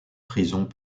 prisons